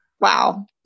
Wow